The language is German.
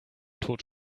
tod